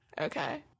Okay